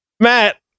Matt